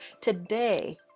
today